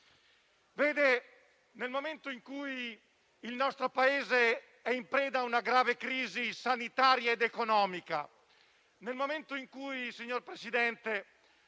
legge. Nel momento in cui il nostro Paese è in preda a una grave crisi sanitaria ed economica, nel momento in cui, signor Presidente,